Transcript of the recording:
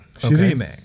shirime